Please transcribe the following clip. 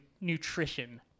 nutrition